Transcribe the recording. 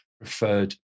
preferred